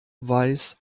weiß